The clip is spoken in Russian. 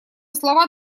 слова